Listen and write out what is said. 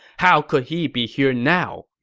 how could he be here now!